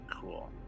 Cool